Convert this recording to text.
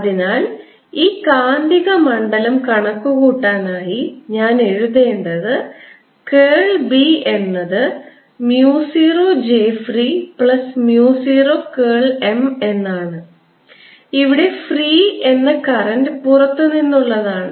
അതിനാൽ ഈ കാന്തികമണ്ഡലം കണക്കുകൂട്ടാനായി ഞാൻ എഴുതേണ്ടത് കേൾ B എന്നത് mu 0 j free plus mu 0 curl M എന്നാണ് ഇവിടെ free എന്ന കറൻറ് പുറത്തു നിന്നുള്ളതാണ്